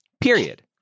Period